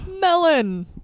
Melon